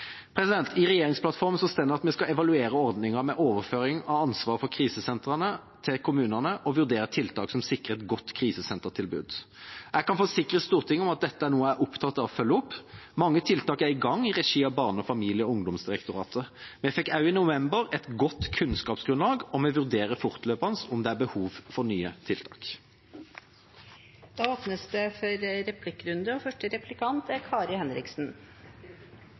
I regjeringsplattformen står det at vi skal evaluere ordningen med overføring av ansvaret for krisesentrene til kommunene og vurdere tiltak som sikrer et godt krisesentertilbud. Jeg kan forsikre Stortinget om at dette er noe jeg er opptatt av å følge opp. Mange tiltak er i gang i regi av Barne-, ungdoms- og familiedirektoratet. Vi fikk i november et godt kunnskapsgrunnlag, og vi vurderer fortløpende om det er behov for nye tiltak. Det blir replikkordskifte. Statsråden var i sitt innlegg inne på det